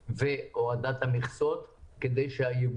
הכנסת.